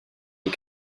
les